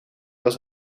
als